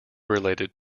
related